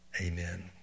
Amen